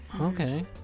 okay